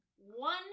One